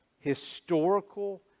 historical